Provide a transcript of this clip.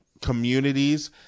communities